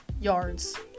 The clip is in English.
yards